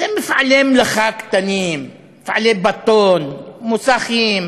אלה מפעלי מלאכה קטנים, מפעלי בטון, מוסכים.